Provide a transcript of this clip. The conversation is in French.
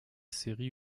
séries